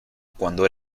cuando